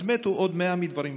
אז מתו עוד 100 מדברים אחרים.